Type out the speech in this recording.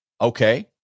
Okay